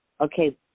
okay